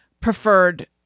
preferred